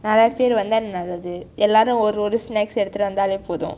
~ எல்லாரும் ஒரு ஒரு:ellam oru oru snacks எடுத்து வந்தாலே போதும்:eduthu vanthalai pothum